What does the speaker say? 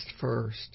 first